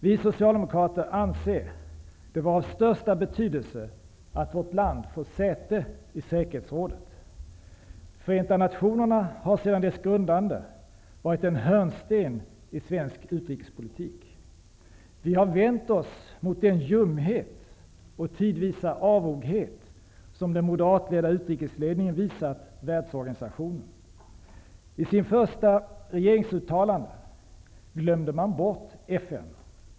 Vi socialdemokrater anser det vara av största betydelse att vårt land får säte i Säkerhetsrådet. Förenta nationerna har sedan dess grundande varit en hörnsten i svensk utrikespolitik. Vi socialdemokrater har vänt oss mot den ljumhet och tidvisa avoghet som den moderatledda utrikesledningen visat världsorganisationen. I sina första regeringsuttalanden ''glömde'' man bort FN.